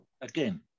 again